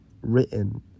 written